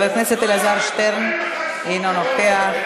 חבר הכנסת אלעזר שטרן, אינו נוכח.